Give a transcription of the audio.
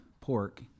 pork